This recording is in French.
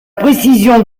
précision